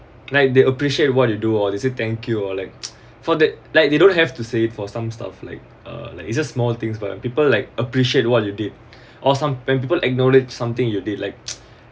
like they appreciate what do you do all they say thank you or like for that like they don't have to save for some stuff like uh like you just small things but people like appreciate what you did or some when people acknowledge something you did like